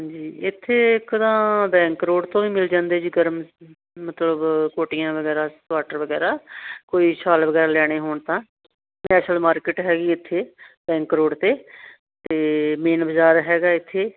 ਅਤੇ ਇੱਥੇ ਇੱਕ ਤਾਂ ਬੈਂਕ ਰੋਡ ਤੋਂ ਵੀ ਮਿਲ ਜਾਂਦੇ ਜੀ ਗਰਮ ਮਤਲਬ ਕੋਟੀਆਂ ਵਗੈਰਾ ਸਵਾਟਰ ਵਗੈਰਾ ਕੋਈ ਸ਼ਾਲ ਵਗੈਰਾ ਲੈਣੇ ਹੋਣ ਤਾਂ ਕੈਸਲ ਮਾਰਕੀਟ ਹੈਗੀ ਇੱਥੇ ਬੈਕ ਰੋਡ 'ਤੇ ਅਤੇ ਮੇਨ ਬਾਜ਼ਾਰ ਹੈਗਾ ਇੱਥੇ